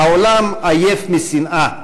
העולם עייף משנאה.